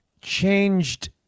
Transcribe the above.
changed